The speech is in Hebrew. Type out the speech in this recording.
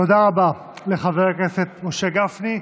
תודה רבה לחבר הכנסת משה גפני.